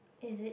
is it